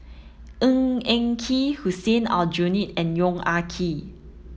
Ng Eng Kee Hussein Aljunied and Yong Ah Kee